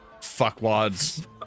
Fuckwad's